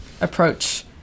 approach